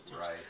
Right